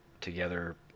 together